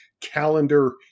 calendar